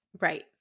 Right